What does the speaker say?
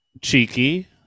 Cheeky